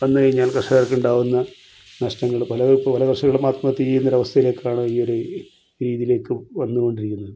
വന്ന് കഴിഞ്ഞാൽ കർഷകർക്കുണ്ടാകുന്ന നഷ്ടങ്ങൾ പല കർഷകരും ആത്മഹത്യ ചെയ്യുന്നൊരവസ്ഥയിലേക്കാണ് ഈ ഒരു രീതിയിലേക്ക് വന്ന് കൊണ്ടിരിക്കുന്നത്